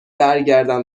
برگردم